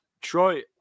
Troy